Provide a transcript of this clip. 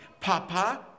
Papa